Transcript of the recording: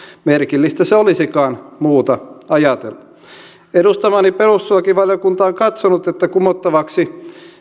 merkillistä se olisikaan muuta ajatella edustamani perustuslakivaliokunta on katsonut että kumottavaksi